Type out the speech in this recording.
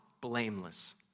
blameless